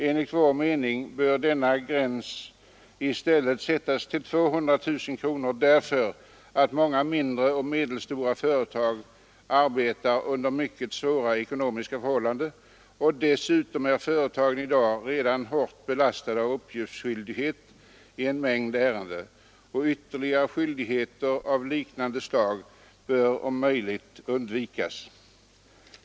Enligt vår mening bör gränsen i stället sättas vid 200 000 kronor därför att många mindre och medelstora företag arbetar under mycket svåra ekonomiska förhållanden. Dessutom är företagen i dag redan hårt belastade av uppgiftsskyldighet i en mängd ärenden, och ytterligare skyldigheter av liknande slag bör om möjligt undvikas.